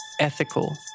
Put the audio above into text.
Ethical